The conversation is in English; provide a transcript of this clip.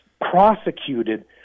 prosecuted